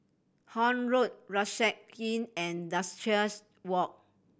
Horne Road Rucksack Inn and Duchess Walk